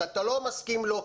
שאתה לא מסכים לו.